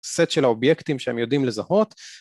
סט של האובייקטים שהם יודעים לזהות